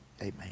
Amen